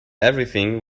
everything